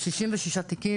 כן, טיפלנו ב-66 תיקים.